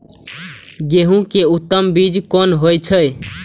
गेंहू के उत्तम बीज कोन होय छे?